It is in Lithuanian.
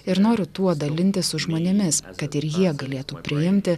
ir noriu tuo dalintis su žmonėmis kad ir jie galėtų priimti